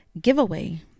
giveaway